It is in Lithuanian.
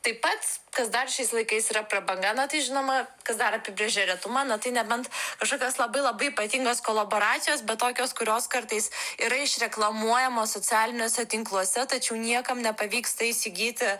taip pat kas dar šiais laikais yra prabanga na tai žinoma kas dar apibrėžia retumą na tai nebent kažkokios labai labai ypatingos kolaboracijos bet tokios kurios kartais yra iš reklamuojamos socialiniuose tinkluose tačiau niekam nepavyksta įsigyti